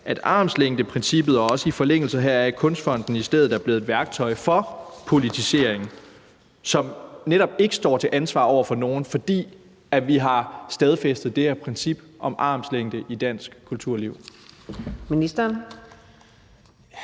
at armslængdeprincippet og i forlængelse heraf også Kunstfonden i stedet er blevet et værktøj for politisering, som netop ikke står til ansvar over for nogen, fordi vi har stadfæstet det her princip om armslængde i dansk kulturliv.